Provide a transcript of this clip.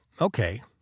Okay